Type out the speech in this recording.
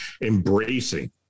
embracing